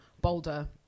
Boulder